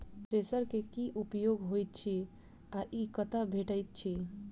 Thresher केँ की उपयोग होइत अछि आ ई कतह भेटइत अछि?